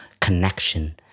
connection